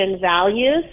values